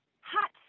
hot